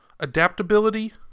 Adaptability